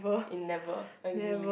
in never agree